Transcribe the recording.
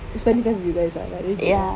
it spending time with you guys ah legit